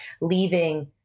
leaving